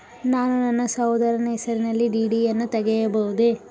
ನಾನು ನನ್ನ ಸಹೋದರನ ಹೆಸರಿನಲ್ಲಿ ಡಿ.ಡಿ ಯನ್ನು ತೆಗೆಯಬಹುದೇ?